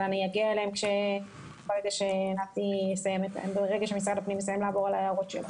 אבל אני אגיע אליהן ברגע שמשרד הפנים יסיים לעבור על ההערות שלו.